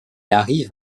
arrive